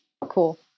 cool